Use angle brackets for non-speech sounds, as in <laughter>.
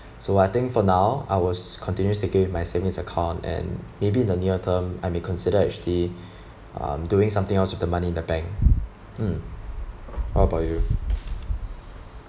so I think for now I will s~ continue sticking with my savings account and maybe in the near term I may consider actually <breath> um doing something else with the money in the bank mm what about you